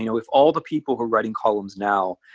you know if all the people who are writing columns now,